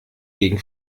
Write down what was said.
gegen